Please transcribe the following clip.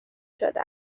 شده